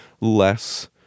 less